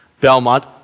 Belmont